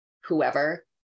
whoever